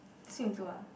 split in two ah